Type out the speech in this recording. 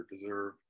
deserve